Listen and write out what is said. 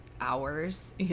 hours